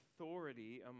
authority